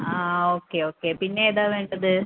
ആ okay okay പിന്നെ ഏതാണ് വേണ്ടത്